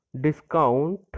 discount